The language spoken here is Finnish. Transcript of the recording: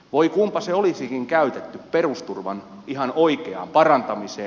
voi kunpa se olisikin käytetty perusturvan ihan oikeaan parantamiseen